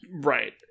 Right